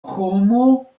homo